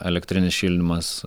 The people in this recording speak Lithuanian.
elektrinis šildymas